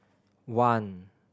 one